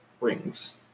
Rings